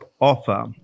offer